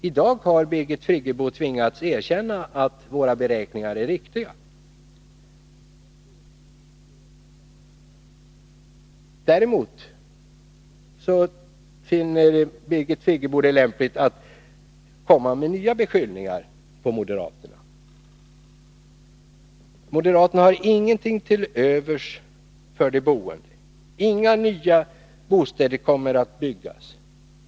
I dag har Birgit Friggebo tvingats erkänna att våra beräkningar är riktiga. Däremot finner Birgit Friggebo det lämpligt att komma med nya beskyllningar mot moderaterna. Moderaterna har ingenting till övers för de boende. Inga nya bostäder kommer att byggas.